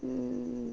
हूँ